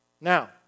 Now